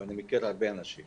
אני חייבת לציין